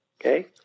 Okay